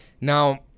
Now